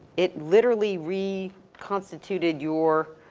it literally reconstituted your,